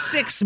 Six